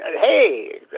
Hey